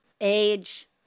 age